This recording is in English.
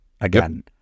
again